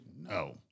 No